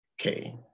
Okay